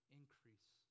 increase